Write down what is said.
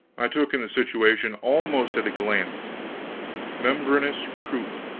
i took in the situation almost at a glance membranous croup!